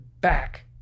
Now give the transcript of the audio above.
back